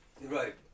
right